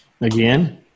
Again